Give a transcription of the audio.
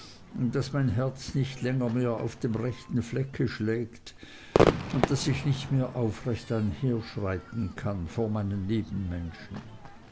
daß mein herz nicht länger mehr auf dem rechten flecke schlägt und daß ich nicht mehr aufrecht einherschreiten kann vor meinem nebenmenschen